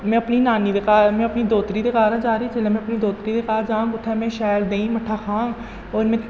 में अपने नानी दे घर में अपनी दोह्तरी दे घर जा दी जेल्लै में अपने दोह्तरी दे घर जाङ उत्थै में शैल देहीं मट्ठा खाह्ङ होर में